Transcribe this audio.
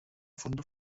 funde